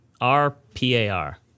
R-P-A-R